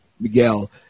Miguel